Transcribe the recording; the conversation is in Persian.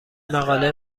مقاله